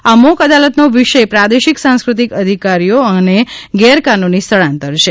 આ મોક અદાલતનો વિષય પ્રાદેશિક સાંસ્કૃતિક અધિકારીઓ અને ગેરકાનૂની સ્થળાંતર છે